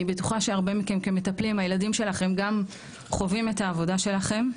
אני בטוחה שהרבה מכם כמטפלים הילדים שלכם גם חווים את העבודה שלכם.